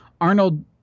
Arnold